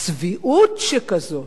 צביעות שכזאת,